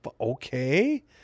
okay